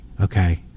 Okay